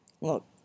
look